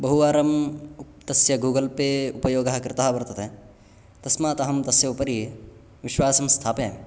बहुवारं तस्य Google Pay उपयोगं कृतं वर्तते तस्मात् अहं तस्य उपरि विश्वासं स्थापयामि